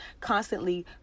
constantly